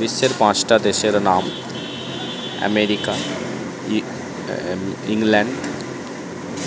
বিশ্বের পাঁচটা দেশের নাম আমেরিকা ইংল্যান্ড